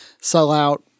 sellout